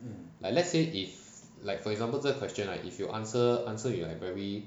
like let's say if like for example 这个 question lah if you answer answer you like very